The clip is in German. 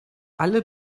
alle